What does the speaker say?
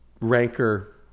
rancor